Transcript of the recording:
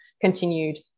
continued